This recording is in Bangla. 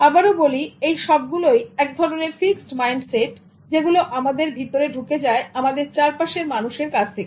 সুতরাং আবারও বলি এই সবগুলোই এক ধরনের ফিক্সড মাইন্ডসেট যেগুলো আমাদের ভিতরে ঢুকে যায় আমাদের চারপাশের মানুষের কাছ থেকে